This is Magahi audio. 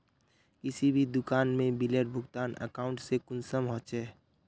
किसी भी दुकान में बिलेर भुगतान अकाउंट से कुंसम होचे?